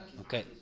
Okay